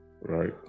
Right